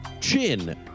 chin